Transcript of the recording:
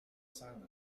silent